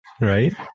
right